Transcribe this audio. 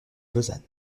lausanne